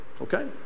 okay